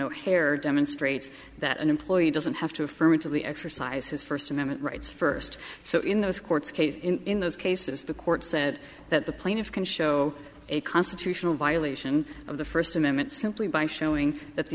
o'hare demonstrates that an employee doesn't have to affirmatively exercise his first amendment rights first so in those courts case in those cases the court said that the plaintiffs can show a constitutional violation of the first amendment simply by showing that the